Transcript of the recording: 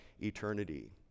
eternity